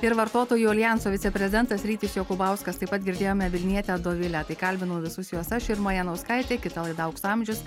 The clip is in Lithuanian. ir vartotojų aljanso viceprezidentas rytis jokubauskas taip pat girdėjome vilnietę dovilę tai kalbinau visus juos aš irma janauskaitė kita laida aukso amžius